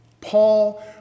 Paul